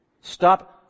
Stop